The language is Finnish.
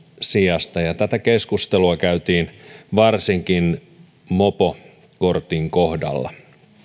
sijasta ja ja tätä keskustelua käytiin varsinkin mopokortin kohdalla